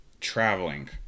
traveling